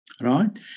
right